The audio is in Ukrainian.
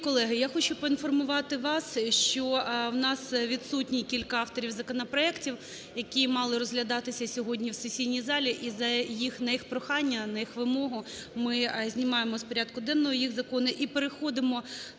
Шановні колеги, я хочу поінформувати вас, що у нас відсутні кілька авторів законопроектів, які мали розглядатися сьогодні у сесійній залі, і на їх прохання, на їх вимогу ми знімаємо з порядку денного їх закони і переходимо до